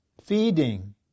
feeding